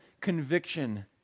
conviction